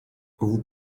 vous